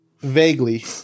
Vaguely